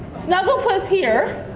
snuggle puss here